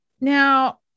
Now